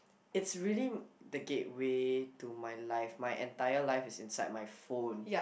it's really the gateway to my life my entire life is inside my phone